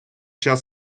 час